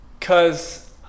cause